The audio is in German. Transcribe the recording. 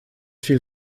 viel